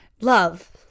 Love